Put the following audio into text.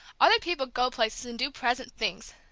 other people go places and do pleasant things,